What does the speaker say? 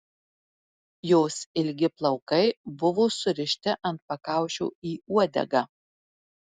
jos ilgi plaukai buvo surišti ant pakaušio į uodegą